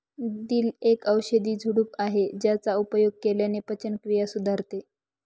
दिल एक औषधी झुडूप आहे ज्याचा उपयोग केल्याने पचनक्रिया सुधारते